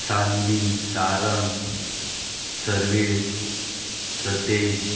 Saanvi Sarang Sarvesh Satesh